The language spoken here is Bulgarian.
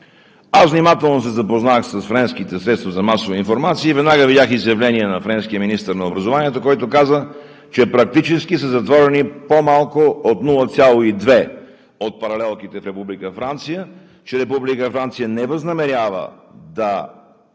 Аз внимателно се запознах с френските средства за масова информация и веднага видях изявления на френския министър на образованието, който каза, че практически са затворени по-малко от нула цяло и две от паралелките в Република Франция, че Република Франция не възнамерява да